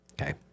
okay